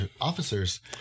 officers